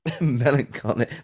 melancholy